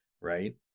right